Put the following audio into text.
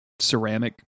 ceramic